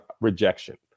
rejection